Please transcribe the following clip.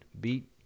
beat